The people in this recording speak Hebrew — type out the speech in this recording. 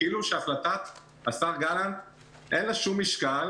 כאילו שלהחלטת השר גלנט אין שום משקל,